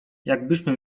jakbyśmy